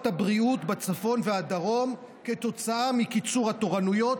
הבריאות בצפון והדרום לא ייחלשו כתוצאה מקיצור התורנויות,